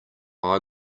eye